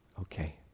okay